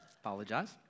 Apologize